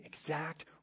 exact